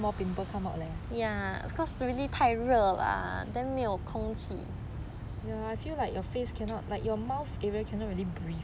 more pimples come out leh ya I feel like your face cannot like your mouth area cannot really breathe